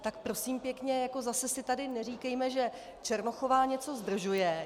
Tak prosím pěkně, zase si tady neříkejme, že Černochová něco zdržuje.